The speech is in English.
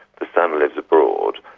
the son lives abroad,